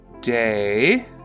day